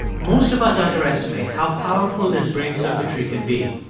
most of us underestimate how powerful this brain circuitry can be,